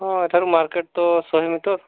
ହଁ ଏଠାରୁ ମାର୍କେଟ ତ ଶହେ ମିଟର